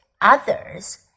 others